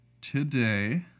today